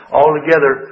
altogether